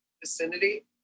vicinity